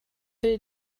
will